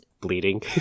bleeding